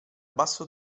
basso